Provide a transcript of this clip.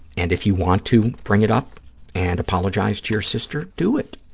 and if you want to bring it up and apologize to your sister, do it.